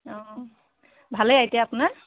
অঁ ভালেই এতিয়া আপোনাৰ